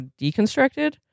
deconstructed